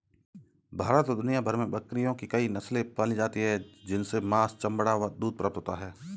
भारत और दुनिया भर में बकरियों की कई नस्ले पाली जाती हैं जिनसे मांस, चमड़ा व दूध प्राप्त होता है